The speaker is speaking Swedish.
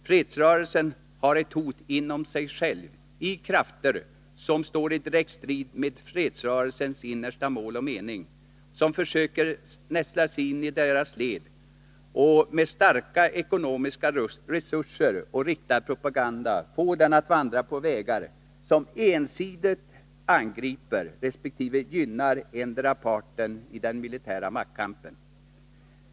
Fredsrörelsen har ett hot inom sig själv — krafter som står i direkt strid med fredsrörelsens innersta mål och mening försöker nästla sig in i dess led och med starka ekonomiska resurser och riktad propaganda försöker få den att vandra på vägar som ensidigt angriper, resp. gynnar, endera parten i den militära maktkampen.